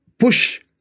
push